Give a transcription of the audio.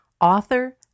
author